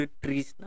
trees